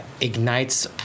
ignites